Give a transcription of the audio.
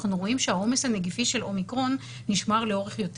אנחנו רואים שהעומס הנגיפי של אומיקרון נשמר לאורך יותר